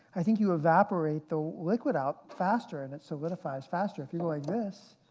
i think you evaporate the liquid out faster, and it solidifies faster. if like this,